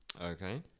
Okay